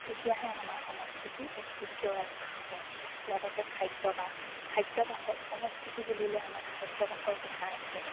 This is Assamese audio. তেতিয়াহে আমাৰ সংস্কৃতি ঐতিহ্যৰ ৰক্ষা হ'ব লগতে খাদ্যভাস খাদ্যভাসৰ সংস্কৃতি বুলিলে আমাৰ খাদ্যভাসৰ কথা আহিব